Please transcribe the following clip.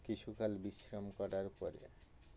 কিছুকাল বিশ্রাম করার পরে